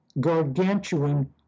gargantuan